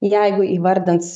jeigu įvardins